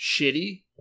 shitty